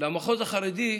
למחוז החרדי,